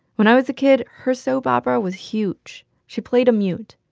when i was a kid, her soap opera was huge. she played a mute.